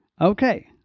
Okay